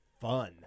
fun